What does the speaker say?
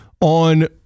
on